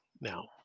now